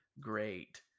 great